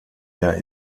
der